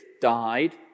died